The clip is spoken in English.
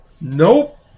Nope